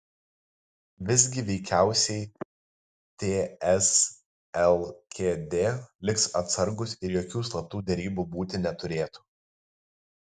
visgi veikiausiai ts lkd liks atsargūs ir jokių slaptų derybų būti neturėtų